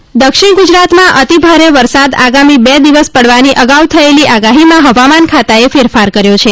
વરસાદ દક્ષિણ ગુજરાતમાં અતિ ભારે વરસાદ આગામી બે દિવસ પડવાની અગાઉ થયેલી આગાહીમાં હવામાન ખાતાએ ફેરફાર કર્યો છે